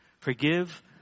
Forgive